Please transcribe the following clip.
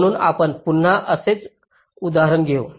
म्हणून आपण पुन्हा असेच उदाहरण घेऊ